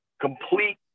complete